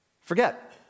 forget